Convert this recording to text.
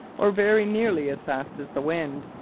or very nearly as fast as the wind.